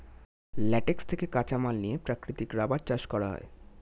latex থেকে কাঁচামাল নিয়ে প্রাকৃতিক রাবার চাষ করা হয়